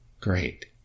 Great